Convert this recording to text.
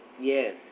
yes